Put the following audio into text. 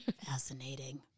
Fascinating